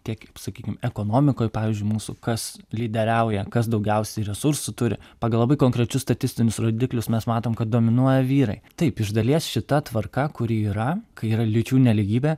tiek kaip sakykim ekonomikoj pavyzdžiui mūsų kas lyderiauja kas daugiausiai resursų turi pagal labai konkrečius statistinius rodiklius mes matom kad dominuoja vyrai taip iš dalies šita tvarka kuri yra kai yra lyčių nelygybė